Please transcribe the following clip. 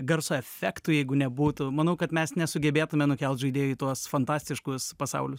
garso efektų jeigu nebūtų manau kad mes nesugebėtume nukelt žaidėjų į tuos fantastiškus pasaulius